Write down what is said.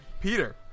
Peter